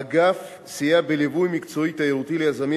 האגף סייע בליווי מקצועי תיירותי ליזמים